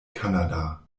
kanada